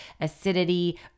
acidity